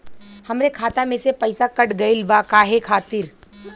हमरे खाता में से पैसाकट गइल बा काहे खातिर?